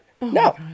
No